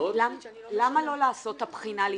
לשנות --- למה לא לעשות את הבחינה לפני?